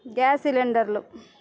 gas సిలిండర్లు